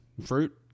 Fruit